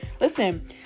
Listen